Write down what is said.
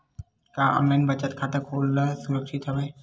का ऑनलाइन बचत खाता खोला सुरक्षित हवय?